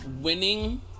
winning